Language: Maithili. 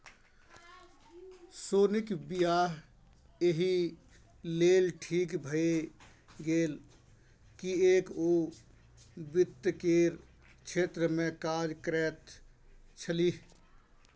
सोनीक वियाह एहि लेल ठीक भए गेल किएक ओ वित्त केर क्षेत्रमे काज करैत छलीह